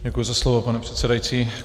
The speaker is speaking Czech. Děkuji za slovo, pane přesedající.